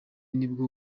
nibwo